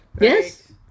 Yes